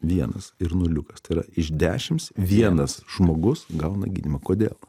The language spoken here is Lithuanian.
vienas ir nuliukas tai yra iš dešims vienas žmogus gauna gydymą kodėl